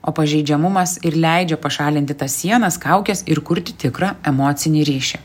o pažeidžiamumas ir leidžia pašalinti tas sienas kaukes ir kurti tikrą emocinį ryšį